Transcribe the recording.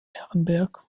ehrenberg